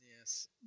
Yes